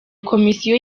komisiyo